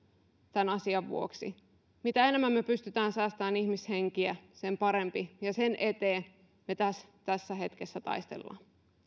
tämän asian vuoksi mitä enemmän me pystymme säästämään ihmishenkiä sen parempi ja sen eteen me tässä hetkessä taistelemme